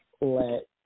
let